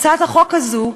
את הצעת החוק הזאת,